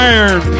Iron